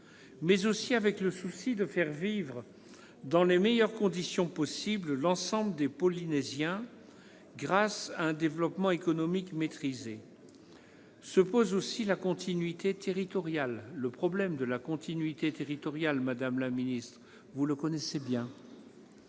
mais aussi avec le souci de faire vivre dans les meilleures conditions possible l'ensemble des Polynésiens grâce à un développement économique maîtrisé. Se posent aussi le problème de la continuité territoriale, que vous connaissez bien,